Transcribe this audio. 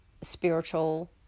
spiritual